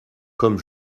comme